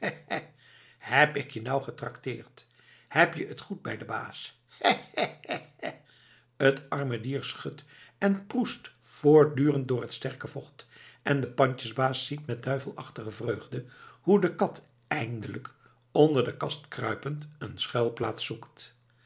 heb ik je nou getrakteerd heb je t goed bij den baas hè hè hè t arme dier schudt en proest voortdurend door t sterke vocht en de pandjesbaas ziet met duivelachtige vreugde hoe de kat eindelijk onder de kast kruipend een schuilplaats zoekt